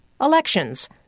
elections